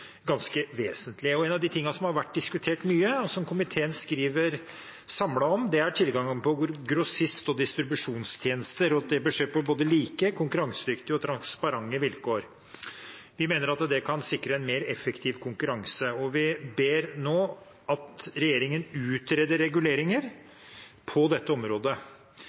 ganske vesentlig. En av tingene som har vært diskutert mye, og som komiteen skriver samlet om, er tilgangen på grossist- og distribusjonstjenester, og at det bør skje på både like, konkurransedyktige og transparente vilkår. Vi mener det kan sikre en mer effektiv konkurranse, og vi ber nå om at regjeringen utreder reguleringer på dette området.